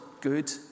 good